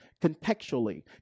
contextually